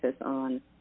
on